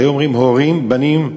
היו אומרים: הורים, בנים.